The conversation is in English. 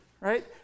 right